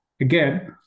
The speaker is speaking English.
again